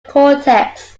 cortex